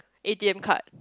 A_T_M card